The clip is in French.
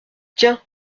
tiens